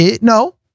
No